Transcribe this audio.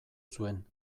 zuen